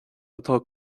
atá